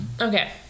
Okay